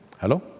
Hello